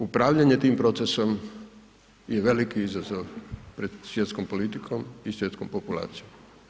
Upravljanje tim procesom je veliki izazov pred svjetskom politikom i svjetskom populacijom.